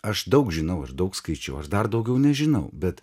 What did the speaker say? aš daug žinau aš daug skaičiau aš dar daugiau nežinau bet